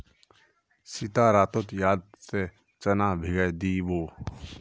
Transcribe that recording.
सीता रातोत याद से चना भिगइ दी बो